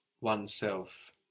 oneself